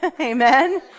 amen